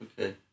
Okay